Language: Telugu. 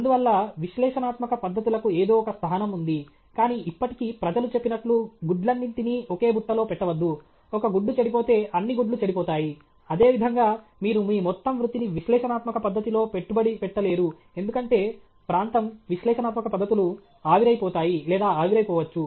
అందువల్ల విశ్లేషణాత్మక పద్ధతులకు ఏదో ఒక స్థానం ఉంది కానీ ఇప్పటికీ ప్రజలు చెప్పినట్లు గుడ్లన్నింటినీ ఒకే బుట్టలో పెట్టవద్దు ఒక గుడ్డు చెడిపోతే అన్ని గుడ్లు చెడిపోతాయి అదేవిధంగా మీరు మీ మొత్తం వృత్తిని విశ్లేషణాత్మక పద్ధతిలో పెట్టుబడి పెట్టలేరు ఎందుకంటే ప్రాంతం విశ్లేషణాత్మక పద్ధతులు ఆవిరైపోతాయి లేదా ఆవిరైపోవచ్చు